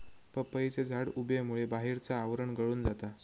पपईचे झाड उबेमुळे बाहेरचा आवरण गळून जाता